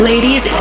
Ladies